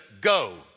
go